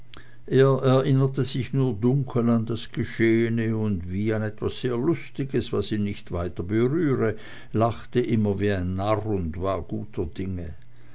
er erinnerte sich nur dunkel an das geschehene und wie an etwas sehr lustiges was ihn nicht weiter berühre lachte immer wie ein narr und war guter dinge